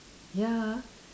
ya